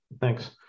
Thanks